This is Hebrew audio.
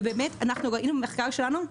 אנחנו רואים במחקר שלנו,